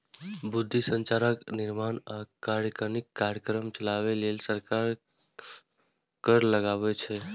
बुनियादी संरचनाक निर्माण आ कल्याणकारी कार्यक्रम चलाबै लेल सरकार कर लगाबै छै